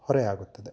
ಹೊರೆಯಾಗುತ್ತದೆ